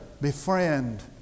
befriend